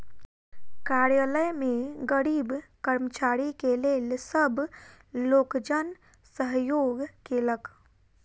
कार्यालय में गरीब कर्मचारी के लेल सब लोकजन सहयोग केलक